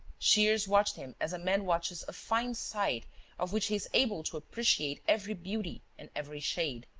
shears watched him as a man watches a fine sight of which he is able to appreciate every beauty and every shade.